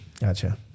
Gotcha